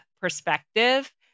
perspective